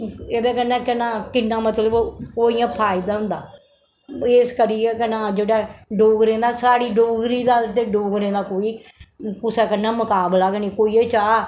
एह्दे कन्नै केह् नां किन्ना मतलब ओह् इ'यां फायदा होंदा इस करियै केह् नां जेह्ड़ा डोगरें दा साढ़ी डोगरी दा ते डोगरें दा कोई कुसै कन्नै मकाबला गै नेईं कोई एह् चाह् के अस